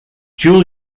dual